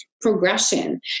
progression